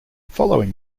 following